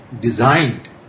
designed